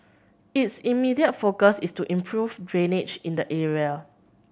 its immediate focus is to improve drainage in the area